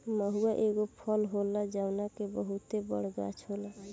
महुवा एगो फल होला जवना के बहुते बड़ गाछ होला